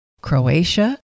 Croatia